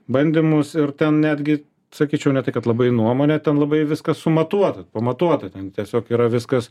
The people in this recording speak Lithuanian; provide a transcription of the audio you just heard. bandymus ir ten netgi sakyčiau ne tai kad labai nuomonė ten labai viskas sumatuota pamatuota ten tiesiog yra viskas